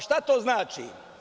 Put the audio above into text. Šta to znači?